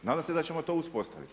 Nadam se da ćemo to uspostaviti.